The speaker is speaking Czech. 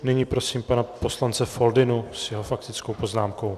Nyní prosím pana poslance Foldynu s jeho faktickou poznámkou.